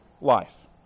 life